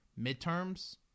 midterms